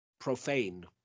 profane